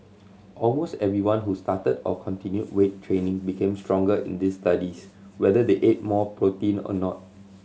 almost everyone who started or continued weight training became stronger in these studies whether they ate more protein or not